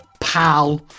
pal